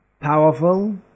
Powerful